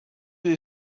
you